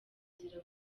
nzira